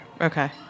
okay